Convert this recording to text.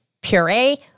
Puree